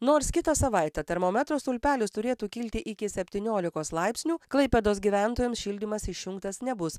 nors kitą savaitę termometro stulpelis turėtų kilti iki septyniolikos laipsnių klaipėdos gyventojams šildymas išjungtas nebus